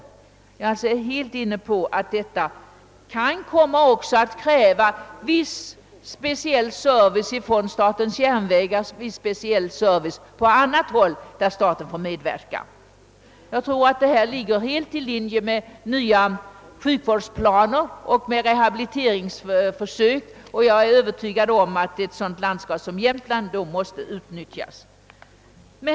Detta är något som redan tillämpats av De handikappades riksförbund. Men det kommer naturligtvis att kräva speciell service från SJ och andra statliga organ, men det ligger helt i linje med de nya sjukvårdsplanerna och rehabiliteringsförsöken. Jag är övertygad om att ett sådant landskap som Jämtland då måste utnyttjas.